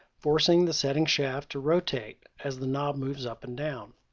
forcing the setting shaft to rotate as the knob moves up and down.